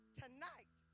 tonight